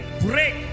break